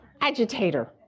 agitator